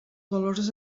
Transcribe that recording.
valors